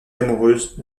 amoureuse